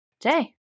today